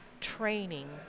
training